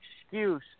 excuse